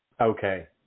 okay